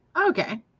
okay